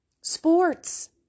sports